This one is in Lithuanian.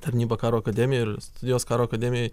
tarnyba karo akademijoj ir studijos karo akademijoj